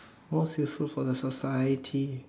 more useful for the society